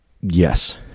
yes